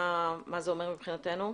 מה זה אומר מבחינתנו?